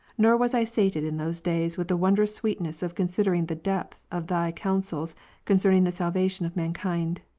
nor was i sated in those days with the wondrous sweetness of considering the depth of thy coun sels concerning the salvation of mankind.